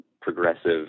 progressive